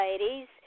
ladies